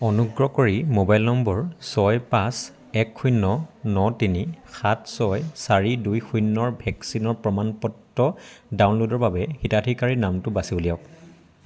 অনুগ্ৰহ কৰি mobile number ছয় পাঁচ এক শূন্য ন তিনি সাত ছয় চাৰি দুই শূন্য ৰ ভেকচিনৰ প্ৰমাণ পত্ৰ ডাউনল'ডৰ বাবে হিতাধিকাৰীৰ নামটো বাছি উলিয়াওক